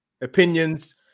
Opinions